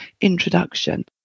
introduction